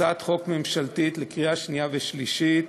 הצעת חוק ממשלתית לקריאה שנייה ושלישית.